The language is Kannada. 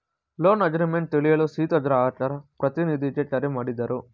ಲೋನ್ ಅಗ್ರೀಮೆಂಟ್ ತಿಳಿಯಲು ಸೀತಾ ಗ್ರಾಹಕ ಪ್ರತಿನಿಧಿಗೆ ಕರೆ ಮಾಡಿದರು